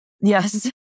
Yes